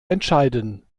entscheiden